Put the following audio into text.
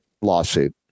lawsuit